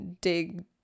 dig